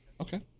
Okay